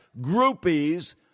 groupies